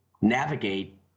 navigate